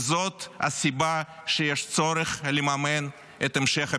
וזאת הסיבה שיש צורך לממן את המשך הפינוי.